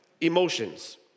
emotions